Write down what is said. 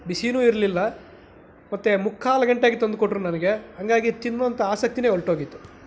ಬಿಸಿನೂ ಇರಲಿಲ್ಲ ಮತ್ತು ಮುಕ್ಕಾಲು ಗಂಟೆಗೆ ತಂದುಕೊಟ್ರು ನನಗೆ ಹಾಗಾಗಿ ತಿನ್ನೋಂಥ ಆಸಕ್ತಿನೇ ಹೊರಟೋಗಿತ್ತು